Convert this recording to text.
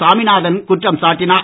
சாமிநாதன் குற்றம் சாட்டினார்